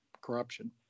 corruption